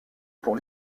pour